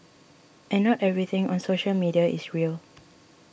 and not everything on social media is real